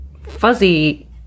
fuzzy